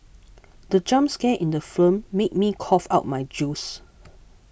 the jump scare in the film made me cough out my juice